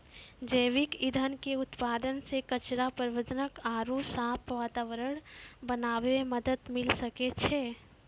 जैविक ईंधन के उत्पादन से कचरा प्रबंधन आरु साफ वातावरण बनाबै मे मदत मिलै छै